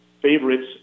Favorites